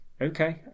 okay